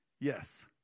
Yes